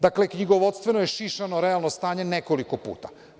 Dakle, knjigovodstveno je šišano realno stanje nekoliko puta.